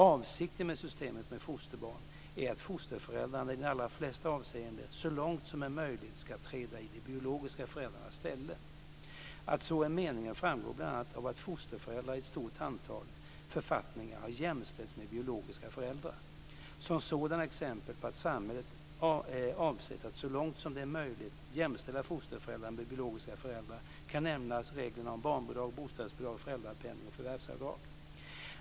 Avsikten med systemet med fosterbarn är att fosterföräldrarna i de allra flesta avseenden så långt som det är möjligt ska träda i de biologiska föräldrarnas ställe. Att så är meningen framgår bl.a. av att fosterföräldrar i ett stort antal författningar har jämställts med biologiska föräldrar. Som sådana exempel på att samhället avsett att så långt som det är möjligt jämställa fosterföräldrar med biologiska föräldrar kan nämnas reglerna om barnbidrag, bostadsbidrag, föräldrapenning och förvärvsavdrag.